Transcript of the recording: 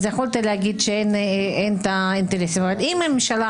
יכולת להגיד שאין תהליך אבל אם הממשלה